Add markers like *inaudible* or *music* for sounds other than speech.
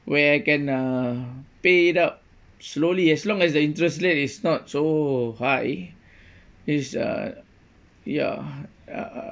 where I can uh paid up slowly as long as the interest rate is not so high *breath* is uh ya uh